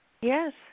Yes